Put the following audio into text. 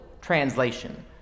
translation